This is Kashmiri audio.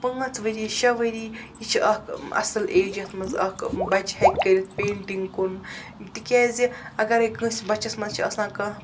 پانٛژھ ؤری شےٚ ؤری یہِ چھِ اَکھ ٲں اصٕل ایج یَتھ مَنٛز اَکھ ٲں بَچہِ ہیٚکہِ کٔرِتھ پینٹِنٛگ کُن تِکیٛازِ اَگَرٔے کٲنٛسہِ بَچَس مَنٛز چھُ آسان کانٛہہ